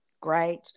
Great